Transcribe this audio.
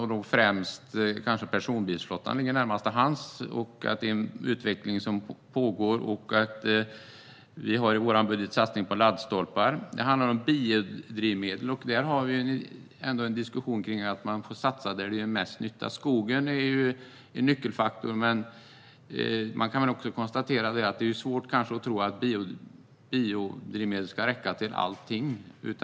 Där ligger kanske främst personbilsflottan närmast till hands. Det är en utveckling som pågår. Vi har i vår budget en satsning på laddstolpar. Det handlar om biodrivmedel. Där har vi en diskussion om att man får satsa där det gör mest nytta. Skogen är en nyckelfaktor. Men man kan också konstatera att det kanske är svårt att tro att biodrivmedel ska räcka till allting.